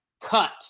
cut